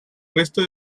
resto